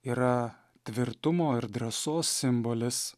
yra tvirtumo ir drąsos simbolis